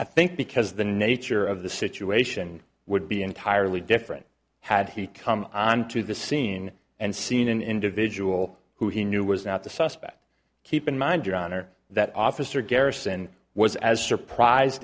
i think because the nature of the situation would be entirely different had he come onto the scene and seen an individual who he knew was not the suspect keep in mind your honor that officer garrison was as surprised